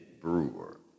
Brewer